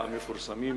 המתפרסמים